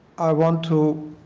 i want to